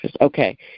okay